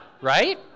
Right